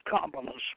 compliments